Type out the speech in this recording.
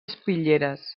espitlleres